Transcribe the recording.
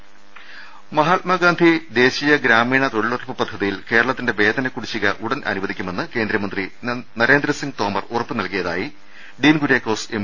രുട്ട്ട്ട്ട്ട്ട്ട്ട മഹാത്മാഗാന്ധി ദേശീയ ഗ്രാമീണ തൊഴിലുറപ്പ് പദ്ധതിയിൽ കേരള ത്തിന്റെ വേതന കുടിശിക ഉടൻ അനുവദിക്കുമെന്ന് കേന്ദ്രമന്ത്രി നരേന്ദ്രസിംഗ് തോമർ ഉറപ്പുനൽകിയതായി ഡീൻ കുര്യാക്കോസ് എം